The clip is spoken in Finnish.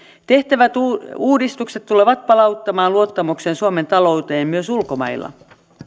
tehtävät uudistukset tulevat palauttamaan luottamuksen suomen talouteen myös ulkomailla